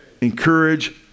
encourage